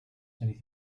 beneath